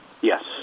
Yes